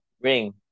ring